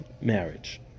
marriage